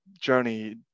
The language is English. journey